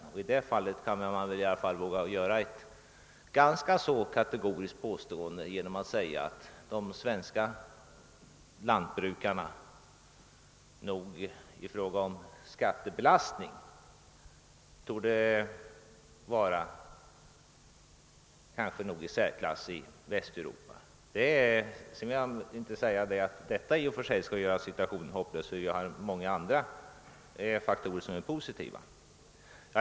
På den punkten kan man väl i alla fall våga göra ett ganska kategoriskt påstående och säga, att de svenska lantbrukarna i fråga om skattebelastning torde :vara i. särklass i Västeuropa. Jag vill inte därmed säga att detta i och för sig skulle göra situationen hopplös, ty vi har många andra faktorer som är positiva.